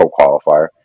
qualifier